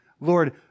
Lord